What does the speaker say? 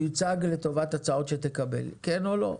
יוצג לטובת הצעות שהוא יקבל, כן או לא.